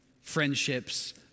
friendships